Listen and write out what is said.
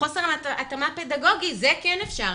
חוסר התאמה פדגוגי כן אפשר.